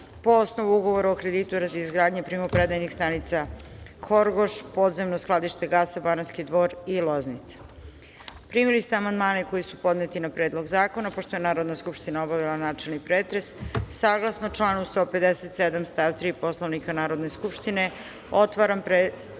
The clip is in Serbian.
po osnovu ugovora o kreditu radi izgradnje primopredajnih stanica Horgoš, podzemno skladište gasa Banatski Dvor i Loznica. Primili ste amandmane koji su podneti na Predlog zakona. Pošto je Narodna skupština obavila načelni pretres, saglasno članu 157. stav 3. Poslovnika Narodne skupštine otvaram pretres